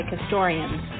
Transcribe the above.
historians